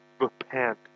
repent